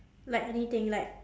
like anything like